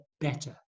better